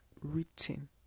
written